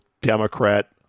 Democrat